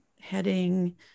heading